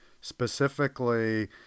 specifically